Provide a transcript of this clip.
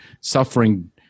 suffering